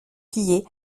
pillés